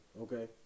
okay